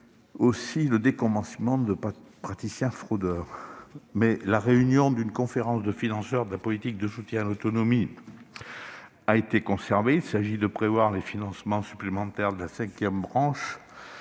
et le déconventionnement de praticiens fraudeurs. La réunion d'une conférence de financeurs de la politique de soutien à l'autonomie a été conservée. Il s'agit de prévoir les financements supplémentaires de la cinquième branche.